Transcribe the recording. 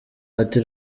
ati